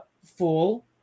full